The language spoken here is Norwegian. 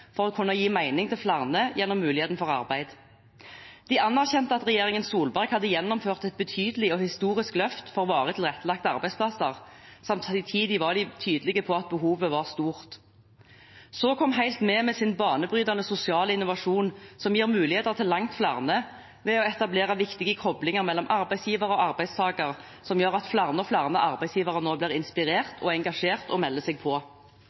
for å kunne gi mening til flere gjennom muligheten for arbeid. De anerkjente at regjeringen Solberg hadde gjennomført et betydelig og historisk løft for varig tilrettelagte arbeidsplasser, og samtidig var de tydelige på at behovet var stort. Så kom Helt Med med sin banebrytende sosiale innovasjon som gir muligheter til langt flere ved å etablere viktige koblinger mellom arbeidsgiver og arbeidstaker, som gjør at flere og flere arbeidsgivere nå blir inspirert og engasjert og melder seg på.